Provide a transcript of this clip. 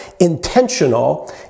intentional